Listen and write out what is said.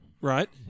right